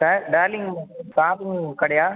sir darling கடையா